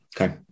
Okay